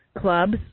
clubs